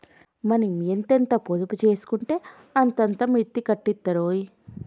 మనం ఎంతెంత పొదుపు జేసుకుంటే అంతంత మిత్తి కట్టిత్తరాయె